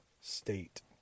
state